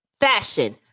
fashion